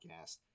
Podcast